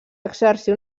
exercir